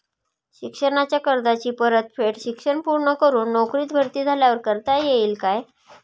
शिक्षणाच्या कर्जाची परतफेड शिक्षण पूर्ण करून नोकरीत भरती झाल्यावर करता येईल काय?